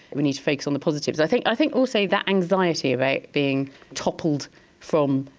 we need to focus on the positives. i think i think also that anxiety about being toppled from,